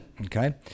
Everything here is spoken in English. Okay